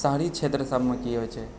शहरी क्षेत्र सभमे की होइत छै